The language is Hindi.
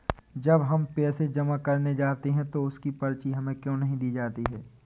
जब हम पैसे जमा करने जाते हैं तो उसकी पर्ची हमें क्यो नहीं दी जाती है?